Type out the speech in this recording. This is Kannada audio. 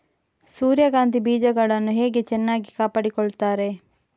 ಸೂರ್ಯಕಾಂತಿ ಬೀಜಗಳನ್ನು ಹೇಗೆ ಚೆನ್ನಾಗಿ ಕಾಪಾಡಿಕೊಳ್ತಾರೆ?